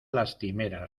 lastimera